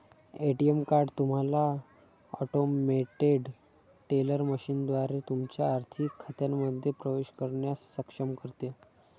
ATM card तुम्हाला automated teller मशीनद्वारे तुमच्या आर्थिक खात्यांमध्ये प्रवेश करण्यास सक्षम करते